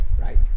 Right